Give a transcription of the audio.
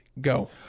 Go